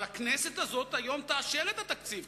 אבל הכנסת הזאת היום תאשר את התקציב,